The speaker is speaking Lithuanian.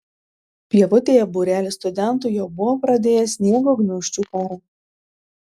pievutėje būrelis studentų jau buvo pradėjęs sniego gniūžčių karą